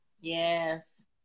Yes